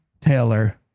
Taylor